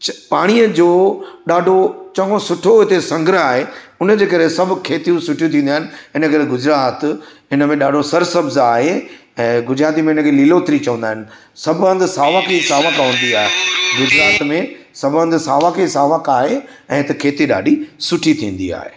च पाणी जो ॾाढो चङो सुठो हिते संग्रह आहे उनजे करे सभु खेतियूं सुठियूं थींदी आहिनि हिन करे गुजरात हिन में सरसब्ज आहे ऐं गुजराती में इनखे लिलोत्री चवंदा आहिनि सभु हंधि सावक ई सावक हूंदी आहे गुजरात में सभु हंधि सावक ई सावक आहे ऐं हिते खेती ॾाढी सुठी थींदी आहे